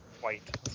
White